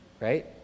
right